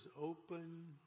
open